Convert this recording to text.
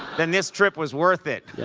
then this trip was worth it.